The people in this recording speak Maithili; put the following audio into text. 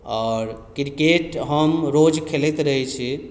आओर क्रिकेट हम रोज खेलैत रहैत छी